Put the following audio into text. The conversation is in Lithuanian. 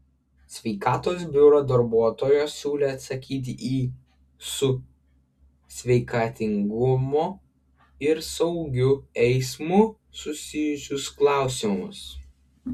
sveikatos biuro darbuotojos siūlė atsakyti į su sveikatingumu ir saugiu eismu susijusius klausimus